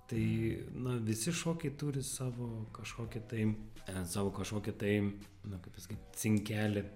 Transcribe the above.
tai na visi šokiai turi savo kažkokį tai savo kažkokį tai na kaip pasakyt cinkelį